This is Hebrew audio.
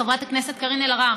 חברת הכנסת קארין אלהרר,